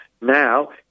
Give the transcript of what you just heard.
now